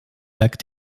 acte